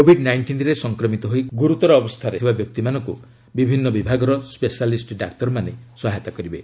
Covid ନାଇଞ୍ଜିନ୍ରେ ସଂକ୍ରମିତ ହୋଇ ଗୁରୁତ୍ୱର ଅବସ୍ଥାରେ ଥିବା ବ୍ୟକ୍ତିମାନଙ୍କୁ ବିଭିନ୍ନ ବିଭାଗର ସ୍କେଶିଆଲିଷ୍ଟ ଡାକ୍ତରମାନେ ସହାୟତା କରିବେ